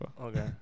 Okay